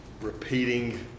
repeating